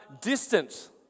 distance